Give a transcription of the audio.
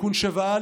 תיקון 7א,